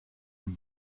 dem